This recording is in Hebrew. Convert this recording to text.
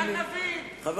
גנבים.